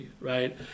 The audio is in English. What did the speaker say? Right